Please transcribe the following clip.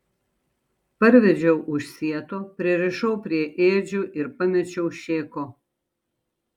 parvedžiau už sieto pririšau prie ėdžių ir pamečiau šėko